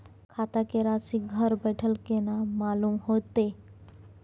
खाता के राशि घर बेठल केना मालूम होते?